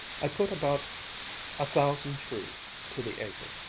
i put about a thousand trees to the acre.